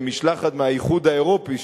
משלחת מהאיחוד האירופי,